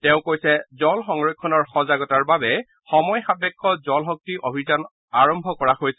তেওঁ কৈছে জল সংৰক্ষণৰ সজাগতাৰ বাবে সময়সাপেক্ষ জল শক্তি অভিযান আৰম্ভ কৰা হৈছে